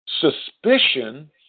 suspicion